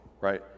Right